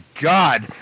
God